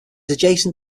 adjacent